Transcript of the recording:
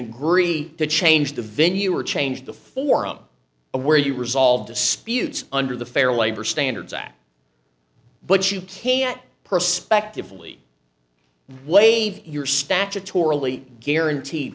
agree to change the venue or change the forum where you resolve disputes under the fair labor standards act but you can't per subjectively waive your statutorily guaranteed